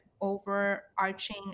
overarching